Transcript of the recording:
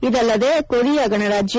ಇದಲ್ಲದೆ ಕೊರಿಯಾ ಗಣರಾಜ್ಯ